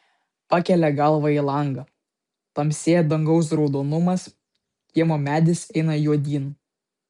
pakelia galvą į langą tamsėja dangaus raudonumas kiemo medis eina juodyn